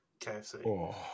KFC